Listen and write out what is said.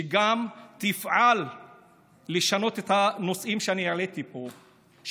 שגם תפעל לשנות את הנושאים שאני העליתי פה,